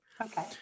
Okay